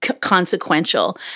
consequential